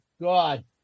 god